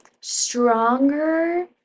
stronger